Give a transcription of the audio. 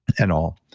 and all.